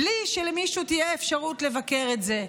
בלי שלמישהו תהיה אפשרות לבקר את זה,